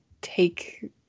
take